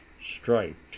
striped